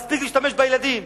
מספיק להשתמש בילדים.